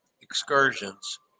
excursions